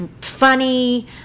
funny